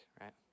right